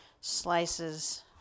slices